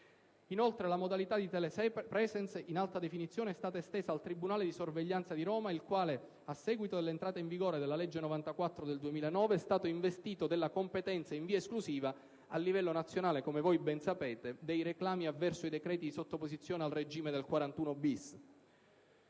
Inoltre, la modalità di *telepresence* in alta definizione è stata estesa al tribunale di sorveglianza di Roma, il quale, a seguito dell'entrata in vigore della legge n. 94 del 2009, è stato investito della competenza in via esclusiva a livello nazionale, come voi ben sapete, dei reclami avverso i decreti di sottoposizione al regime del 41-*bis*.